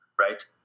right